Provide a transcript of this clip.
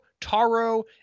Taro